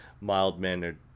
mild-mannered